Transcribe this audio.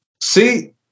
See